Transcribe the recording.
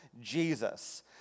Jesus